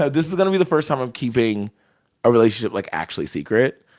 so this is going to be the first time i'm keeping a relationship, like, actually secret.